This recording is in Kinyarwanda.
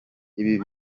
ibi